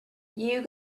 you